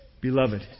Beloved